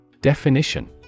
Definition